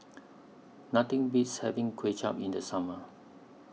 Nothing Beats having Kway Chap in The Summer